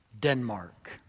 Denmark